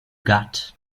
gut